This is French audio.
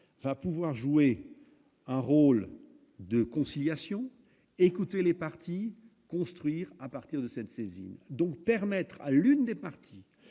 va pouvoir jouer un rôle de conciliation écoutez les parties construire à partir de cette saisine donc permettre à l'une des parties